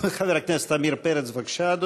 חבר הכנסת עמיר פרץ, בבקשה,